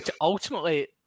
ultimately